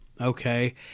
Okay